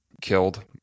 killed